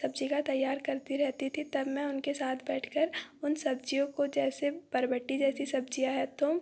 सब्ज़ी का तैयार करती रहती थी तब मैं उनके साथ बैठ कर उन सब्ज़ियों को जैसे बरबट्टी जैसी सब्ज़ियाँ हैं तो